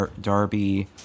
Darby